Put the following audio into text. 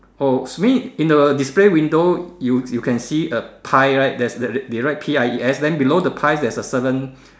oh it means in the display window you you can see a pie right there's they they write P_I_E_S then below the pie there's a seven